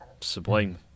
sublime